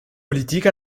politiques